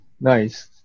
nice